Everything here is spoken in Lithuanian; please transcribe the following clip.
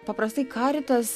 paprastai karitas